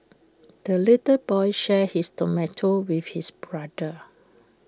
the little boy shared his tomato with his brother